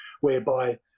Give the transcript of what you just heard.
whereby